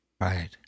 Right